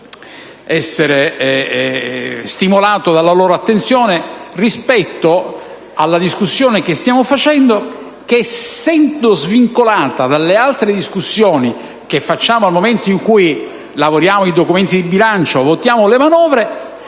essere stimolato dalla loro attenzione rispetto alla nostra discussione che, essendo svincolata dalle altre discussioni che facciamo al momento in cui lavoriamo i documenti di bilancio e votiamo le manovre